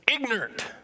ignorant